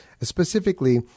specifically